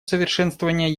совершенствование